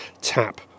tap